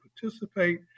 participate